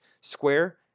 Square